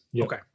Okay